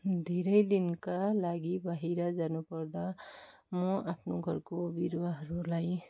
धेरैदिनका लागि बाहिर जानुपर्दा म आफ्नो घरका बिरुवाहरूलाई